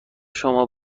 شما